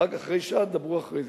אחר כך, אחרי שעה, תדברו אחרי זה.